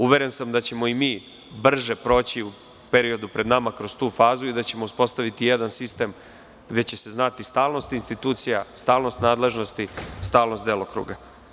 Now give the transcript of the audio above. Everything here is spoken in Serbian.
Uveren sam da ćemo i mi brže proći u periodu pred nama kroz tu fazu i da ćemo uspostaviti jedan sistem gde će se znati stalnost institucija, stalnost nadležnosti, stalnost delokruga.